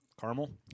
Caramel